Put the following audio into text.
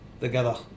together